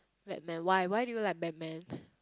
Batman why why do you like Batman